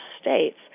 states